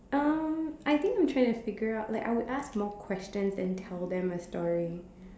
um I think I'm trying to figure out like I would ask more question then tell them a story